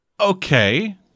Okay